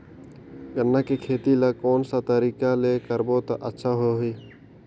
गन्ना के खेती ला कोन सा तरीका ले करबो त अच्छा होही?